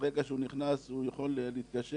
מרגע שהוא נכנס הוא יכול להתקשר,